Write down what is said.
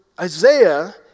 Isaiah